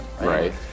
right